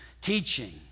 teaching